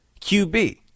QB